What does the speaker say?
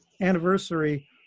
anniversary